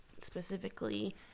specifically